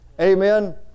Amen